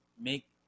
make